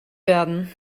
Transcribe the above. werden